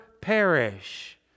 perish